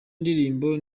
ndirimbo